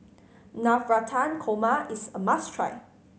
Navratan Korma is a must try